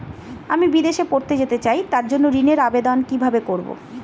আমি বিদেশে পড়তে যেতে চাই তার জন্য ঋণের আবেদন কিভাবে করব?